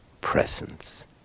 presence